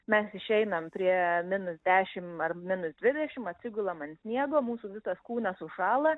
mes išeinam prie minus dešim ar minus dvidešim atsigulam ant sniego mūsų visas kūnas užšąla